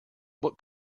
what